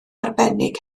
arbennig